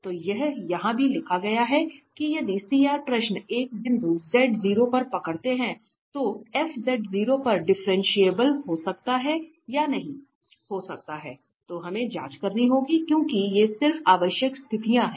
तो यह यहां भी लिखा गया है कि यदि प्रश्न एक बिंदु पर पकड़ते हैं तो f पर डिफरेंशिएबल हो सकता है या नहीं हो सकता है तो हमें जांच करनी होगी क्योंकि ये सिर्फ आवश्यक स्थितियां हैं